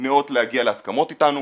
ניאות להגיע להסכמות איתנו.